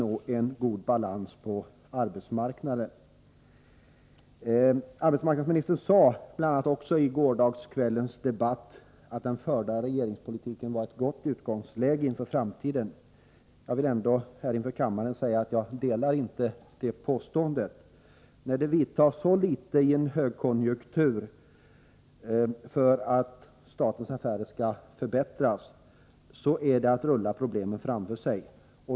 I gårdagskvällens debatt sade arbetsmarknadsministern bl.a. att den förda regeringspolitiken var ett gott utgångsläge inför framtiden. Jag vill framhålla för kammaren att jag inte delar den uppfattningen. Att i en högkonjunktur göra så litet som regeringen gör för att statens affärer skall förbättras är att rulla problemen framför sig.